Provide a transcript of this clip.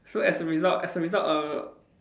so as a result as a result err